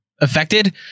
affected